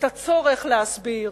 את הצורך להסביר,